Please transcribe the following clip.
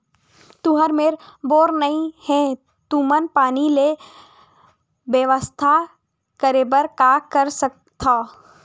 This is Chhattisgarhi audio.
तुहर मेर बोर नइ हे तुमन पानी के बेवस्था करेबर का कर सकथव?